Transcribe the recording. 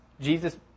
Jesus